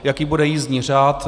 Jaký bude jízdní řád?